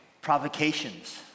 provocations